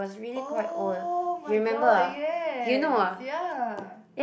[oh]-my-god yes ya